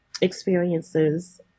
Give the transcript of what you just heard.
experiences